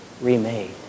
remade